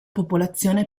popolazione